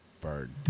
Bird